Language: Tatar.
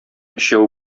өчәү